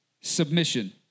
Submission